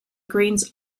greens